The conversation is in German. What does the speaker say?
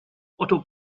otto